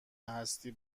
هستی